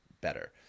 better